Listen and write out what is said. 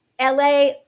LA